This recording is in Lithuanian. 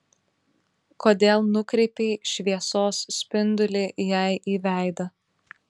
kodėl nukreipei šviesos spindulį jai į veidą